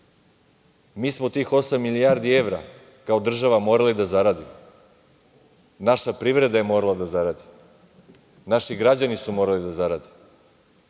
mi smo tih osam milijardi evra kao država morali da zaradimo, naša privreda je morala da zaradi, naši građani su morali da zarade,